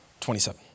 27